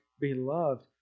beloved